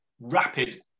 rapid